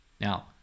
Now